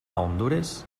hondures